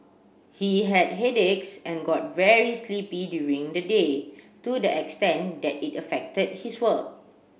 he had headaches and got very sleepy during the day to the extent that it affected his work